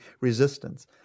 resistance